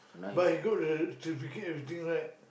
but he got the certificate everything right